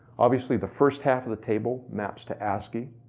obviously, the first half of the table maps to ascii.